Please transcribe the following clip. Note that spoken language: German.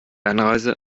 anreise